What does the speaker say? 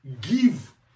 give